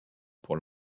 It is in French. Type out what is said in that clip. pour